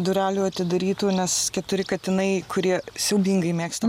durelių atidarytų nes keturi katinai kurie siaubingai mėgsta